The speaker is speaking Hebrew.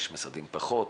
יש משרדים פחות.